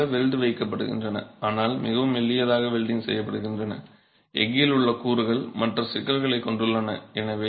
அவற்றில் சில வெல்ட் வைக்கப்படுகின்றன ஆனால் மிகவும் மெல்லியதாக வெல்டிங் செய்யப்படுகின்றன எஃகில் உள்ள கூறுகள் மற்ற சிக்கல்களைக் கொண்டுள்ளன